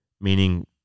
Meaning